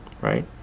right